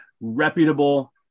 reputable